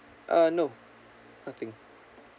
uh no nothing